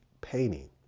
painting